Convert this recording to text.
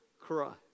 Christ